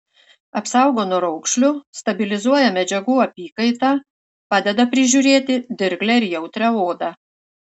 apsaugo nuo raukšlių stabilizuoja medžiagų apykaitą padeda prižiūrėti dirglią ir jautrią odą